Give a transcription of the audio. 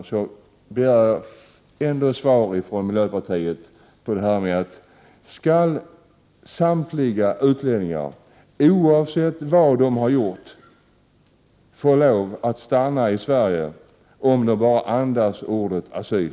Jag begär ändå svar från miljöpartiet på frågan om samtliga utlänningar, oavsett vad de har gjort skall få lov att stanna i Sverige bara de andas ordet asyl.